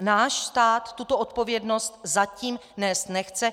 Náš stát tuto odpovědnost zatím nést nechce.